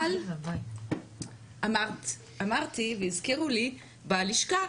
אבל אמרתי והזכירו לי בלשכה,